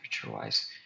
temperature-wise